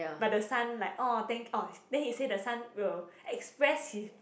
but the son like orh thank orh then he say the son will express his